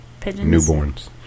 newborns